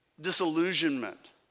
disillusionment